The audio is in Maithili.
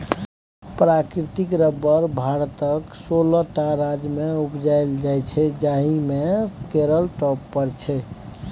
प्राकृतिक रबर भारतक सोलह टा राज्यमे उपजाएल जाइ छै जाहि मे केरल टॉप पर छै